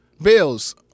bills